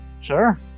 Sure